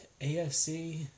AFC